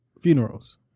funerals